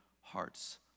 hearts